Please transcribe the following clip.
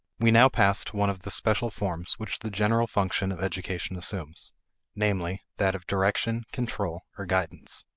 we now pass to one of the special forms which the general function of education assumes namely, that of direction, control, or guidance.